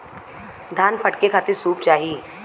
धान फटके खातिर सूप चाही